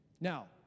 Now